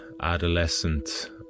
adolescent